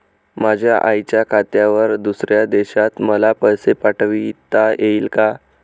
माझ्या आईच्या खात्यावर दुसऱ्या देशात मला पैसे पाठविता येतील का?